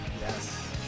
Yes